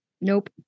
nope